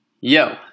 Yo